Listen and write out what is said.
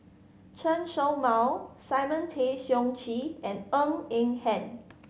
Chen Show Mao Simon Tay Seong Chee and Ng Eng Hen